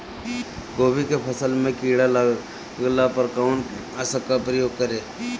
गोभी के फसल मे किड़ा लागला पर कउन कीटनाशक का प्रयोग करे?